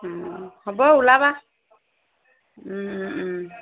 ও হ'ব ওলাবা ও ওম